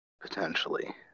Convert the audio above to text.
Potentially